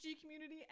community